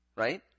Right